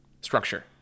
structure